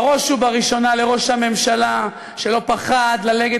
ובראש ובראשונה לראש הממשלה שלא פחד ללכת